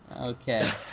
Okay